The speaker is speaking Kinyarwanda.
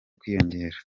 kwiyongera